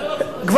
לעצמך שאני יודע.